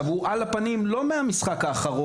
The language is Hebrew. הוא על הפנים הוא לא מהמשחק האחרון,